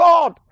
God